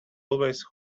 always